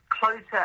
Closer